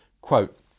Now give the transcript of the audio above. Quote